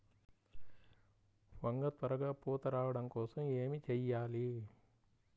వంగ త్వరగా పూత రావడం కోసం ఏమి చెయ్యాలి?